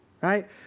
right